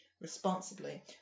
responsibly